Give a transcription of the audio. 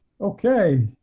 Okay